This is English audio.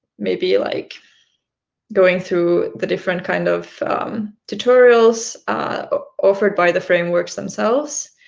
maybe like going through the different kind of tutorials offered by the frameworks themselves.